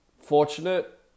fortunate